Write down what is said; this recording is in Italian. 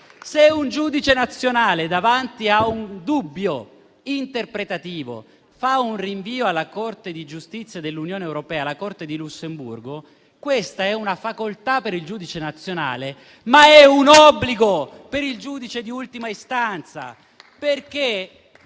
Se un giudice nazionale davanti a un dubbio interpretativo fa un rinvio alla Corte di giustizia dell'Unione europea, la Corte del Lussemburgo, questa è una facoltà per il giudice nazionale, ma è un obbligo per il giudice di ultima istanza.